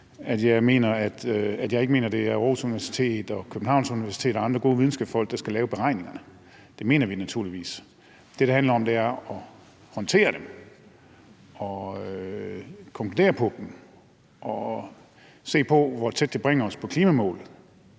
ikke mener, at det er Aarhus Universitet, Københavns Universitet eller andre gode videnskabsfolk, der skal lave beregningerne. Det mener vi naturligvis. Det, det handler om, er at håndtere dem, konkludere på dem og se på, hvor tæt det bringer os på klimamålet.